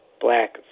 black